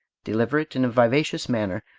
deliver it in a vivacious manner,